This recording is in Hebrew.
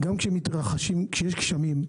כשיש גשמים,